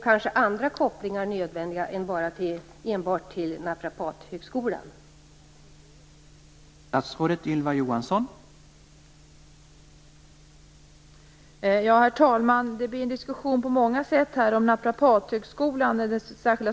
Kanske är andra kopplingar än enbart till Naprapathögskolan nödvändiga.